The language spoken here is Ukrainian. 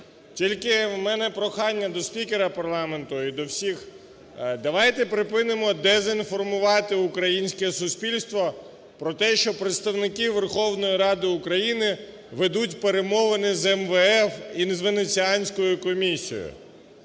Тільки у мене прохання до спікера парламенту і до всіх: давайте припинимо дезінформувати українське суспільство про те, що представники Верховної Ради України ведуть перемовини з МВФ і з Венеціанської комісією.